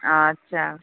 আচ্ছা